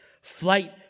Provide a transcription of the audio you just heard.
Flight